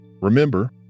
Remember